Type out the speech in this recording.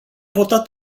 votat